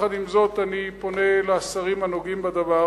עם זאת, אני פונה לשרים הנוגעים בדבר